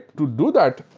to do that,